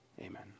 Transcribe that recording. amen